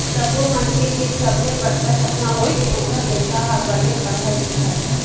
सब्बो मनखे के सबले बड़का सपना होथे ओखर लइका ह बने पड़हय लिखय